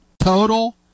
Total